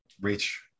reach